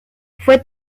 fue